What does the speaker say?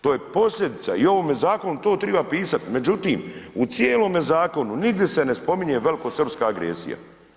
To je posljedica i u ovome zakonu to treba pisati, međutim, u cijelomu zakonu nigdje se ne spominje velikosrpska agresija.